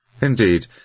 Indeed